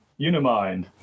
Unimind